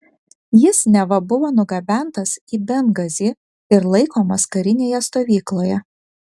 jis neva buvo nugabentas į bengazį ir laikomas karinėje stovykloje